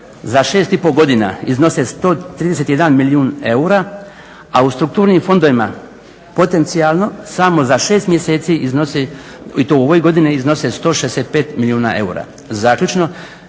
za 6,5 godina iznose 131 milijun eura, a u strukturnim fondovima potencijalno samo za 6 mjeseci i to u ovoj godini iznosi 165 milijuna eura. Zaključno,